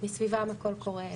שמסביבן הכול קורה,